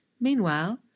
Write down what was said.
Meanwhile